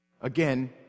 Again